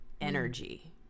energy